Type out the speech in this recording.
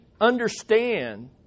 understand